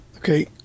Okay